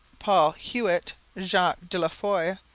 paul huet, jacques de la foyer,